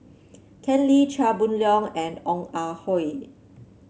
Ken Lim Chia Boon Leong and Ong Ah Hoi